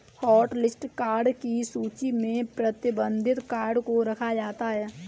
hotlist card की सूची में प्रतिबंधित कार्ड को रखा जाता है